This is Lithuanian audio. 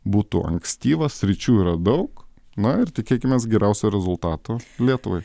būtų ankstyva sričių yra daug na ir tikėkimės geriausio rezultato lietuvai